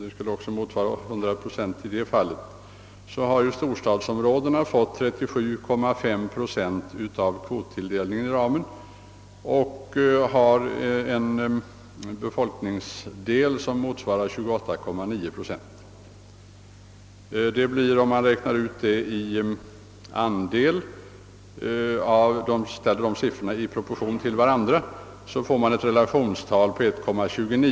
Storstadsområdena, med en befolkning som motsvarar 28,9 procent, får en kvottilldelning inom ramen på 37,5 procent. Kvottilldelningen i förhållande till folkmängdsandelen blir då 1,29.